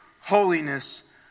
holiness